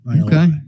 Okay